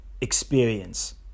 experience